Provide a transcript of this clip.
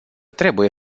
trebuie